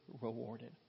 rewarded